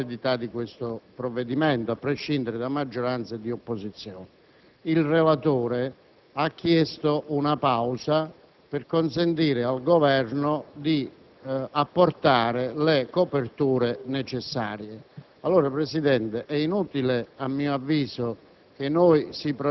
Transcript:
il che crea dei problemi seri alla validità del provvedimento, a prescindere da maggioranza e opposizione. E' stata quindi chiesta una pausa per consentire al Governo di individuare le coperture necessarie.